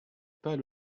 pas